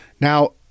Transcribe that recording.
Now